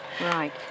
right